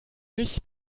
mich